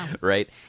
Right